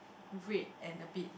red and a bit